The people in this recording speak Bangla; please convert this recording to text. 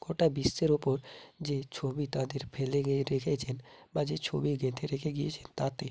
গোটা বিশ্বের ওপর যে ছবি তাদের ফেলে গিয়ে রেখেছেন বা যে ছবি গেঁথে রেখে গিয়েছেন তাতে